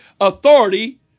Authority